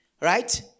Right